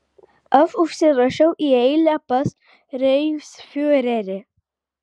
aš užsirašiau į eilę pas reichsfiurerį